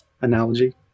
Analogy